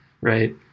Right